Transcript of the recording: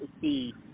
see